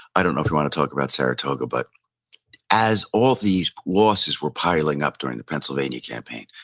i don't know if you want to talk about saratoga, but as all these losses were piling up during the pennsylvania campaign,